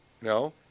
No